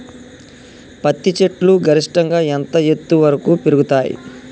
పత్తి చెట్లు గరిష్టంగా ఎంత ఎత్తు వరకు పెరుగుతయ్?